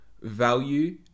value